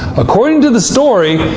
according to the story,